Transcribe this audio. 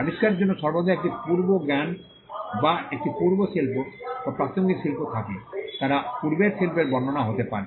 আবিষ্কারের জন্য সর্বদা একটি পূর্ব জ্ঞান বা একটি পূর্ব শিল্প বা প্রাসঙ্গিক শিল্প থাকে তারা পূর্বের শিল্পের বর্ণনা হতে পারে